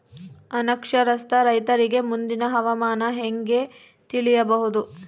ಅನಕ್ಷರಸ್ಥ ರೈತರಿಗೆ ಮುಂದಿನ ಹವಾಮಾನ ಹೆಂಗೆ ತಿಳಿಯಬಹುದು?